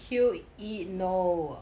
he'll eat no